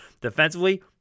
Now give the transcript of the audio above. Defensively